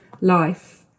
life